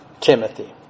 Timothy